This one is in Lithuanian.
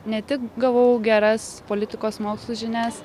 ne tik gavau geras politikos mokslų žinias